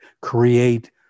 create